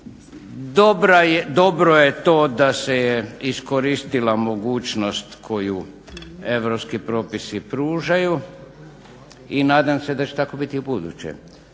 Dobro je to da se je iskoristila mogućnost koju europski propisi pružaju i nadam se da će tako biti ubuduće.